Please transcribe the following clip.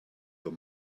your